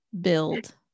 build